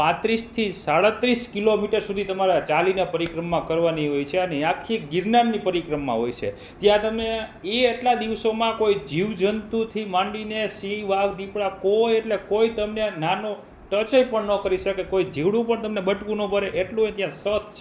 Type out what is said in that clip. પાંત્રીસથી સાડત્રીસ કિલોમીટર સુધી તમારા ચાલીને પરિક્રમા કરવાની હોય છે અને એ આખી ગિરનારની પરિક્રમા હોય છે ત્યાં તમે એ એટલા દિવસોમાં કોઈ જીવજંતુથી માંડીને સિંહ વાઘ દીપડા કોઈ એટલે કોઈ તમને ના નો ટચેય પણ ન કરી શકે કોઈ જીવડું પણ તમને બટકું ન ભરે એટલું એ ત્યાં સત છે